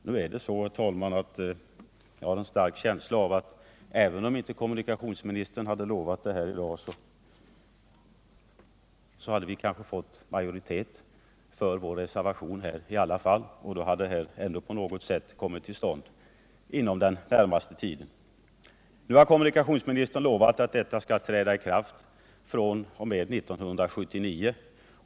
Jag har dock en stark känsla av att även om kommunikationsministern inte lovat genomföra denna sänkning, hade vi ändå fått majoritet för vår reservation. Nu har kommunikationsministern lovat att sänkningen skall träda i kraft från 1979.